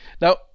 Now